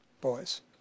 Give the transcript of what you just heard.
Boys